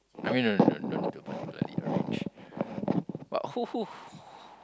I mean don't don't need to open don't need to arrange but who who